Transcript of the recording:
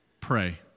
pray